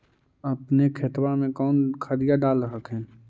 अपने खेतबा मे कौन खदिया डाल हखिन?